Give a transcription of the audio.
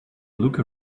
look